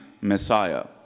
Messiah